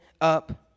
up